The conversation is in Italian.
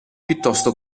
piuttosto